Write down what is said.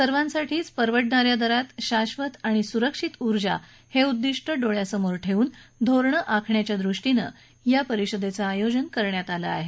सर्वासाठीच परवडणा या दरात शाधत आणि सुरक्षित ऊर्जा हे उद्दिष्ट डोळ्यासमोर ठेऊन धोरणं आखण्याच्या दृष्टीनं या परिषदेचं आयोजन करण्यात आलं आहे